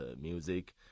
music